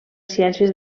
ciències